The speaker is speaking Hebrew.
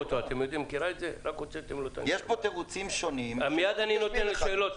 יש פה תירוצים שונים --- מיד אני נותן לכם.